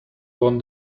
want